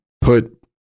put